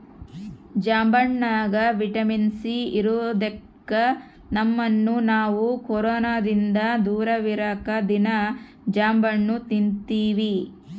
ಜಾಂಬಣ್ಣಗ vitamin C ಇರದೊಕ್ಕ ನಮ್ಮನ್ನು ನಾವು ಕೊರೊನದಿಂದ ದೂರವಿರಕ ದೀನಾ ಜಾಂಬಣ್ಣು ತಿನ್ತಿವಿ